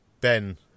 Ben